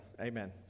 Amen